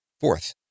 Fourth